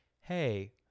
hey